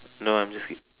no I'm just ki~